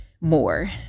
more